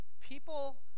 people